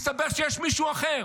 מסתבר שיש מישהו אחר